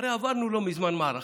הרי עברנו לא מזמן מערכה,